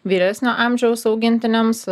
vyresnio amžiaus augintiniams